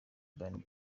urban